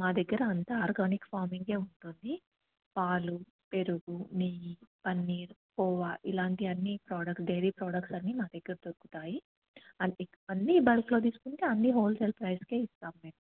మా దగ్గర అంత ఆర్గానిక్ ఫార్మింగే ఉంటుంది పాలు పెరుగు నెయ్యి పన్నీర్ కోవా ఇలాంటివన్నీ ప్రోడక్ట్లు డైరీ ప్రోడక్ట్లన్ని మా దగ్గర దొరుకుతాయి అది అన్నీ బల్క్లో తీసుకుంటే అన్నీ హోల్సేల్ ప్రైస్కే ఇస్తాం మేము